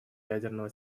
ядерного